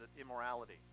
immorality